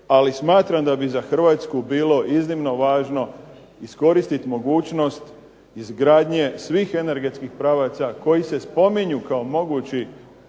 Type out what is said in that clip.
Ali smatram da bi za Hrvatsku bilo iznimno važno iskoristit mogućnost izgradnje svih energetskih pravaca koji se spominju kao mogući